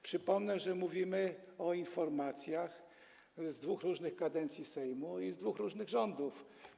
Przypomnę, że mówimy o informacjach z dwóch różnych kadencji Sejmu i dwóch różnych rządów.